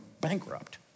bankrupt